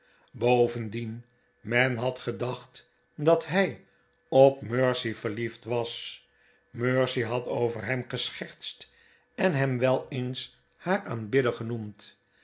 bovendien men had gedacht dat hij op mercy verliefd was mercy had over hem geschertst en hem wel eens haar aanbidder genoemd